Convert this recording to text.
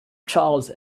charles